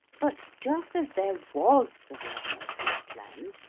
but, just as there was the realm of flatland,